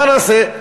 מה נעשה?